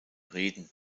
reden